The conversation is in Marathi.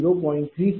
3719 p